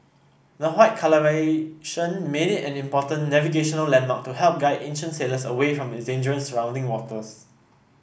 the white colouration made it an important navigational landmark to help guide ancient sailors away from its dangerous surrounding waters